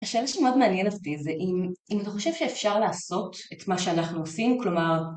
השאלה שמאוד מעניינת לי זה אם, אם אתה חושב שאפשר לעשות את מה שאנחנו עושים, כלומר